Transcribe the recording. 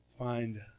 find